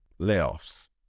layoffs